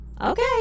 Okay